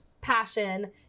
passion